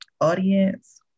audience